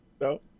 No